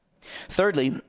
Thirdly